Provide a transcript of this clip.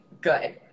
good